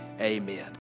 amen